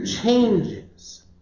changes